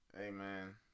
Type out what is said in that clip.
Amen